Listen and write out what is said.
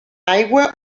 aigua